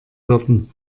garten